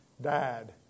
died